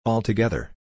Altogether